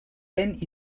vent